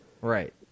Right